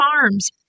Farms